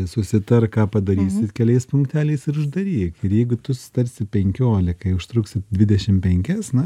susitark ką padarysit keliais punkte leis ir uždaryk ir jeigu tu susitarsi penkiolikai o užtruksi dvidešimt penkis na